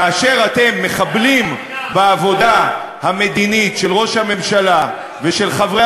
כאשר אתם מחבלים בעבודה המדינית של ראש הממשלה ושל חברי